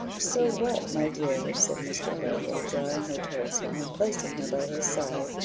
so what, my dear? said mr. harewood, drawing her towards him, and placing her by his side,